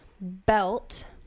BELT